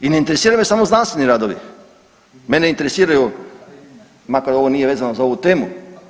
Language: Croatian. I ne interesiraju me samo znanstveni radovi, mene intgeresiraju makar ovo nije vezano za ovu temu.